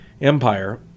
Empire